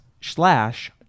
slash